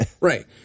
Right